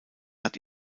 hat